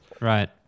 right